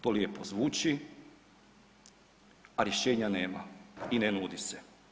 To lijepo zvuči, a rješenja nema i ne nudi se.